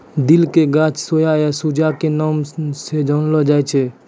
दिल के गाछ सोया या सूजा के नाम स जानलो जाय छै